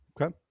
okay